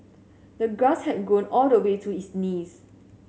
the grass had grown all the way to his knees